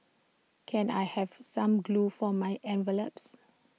can I have some glue for my envelopes